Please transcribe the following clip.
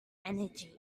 energy